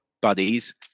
buddies